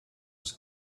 was